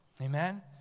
Amen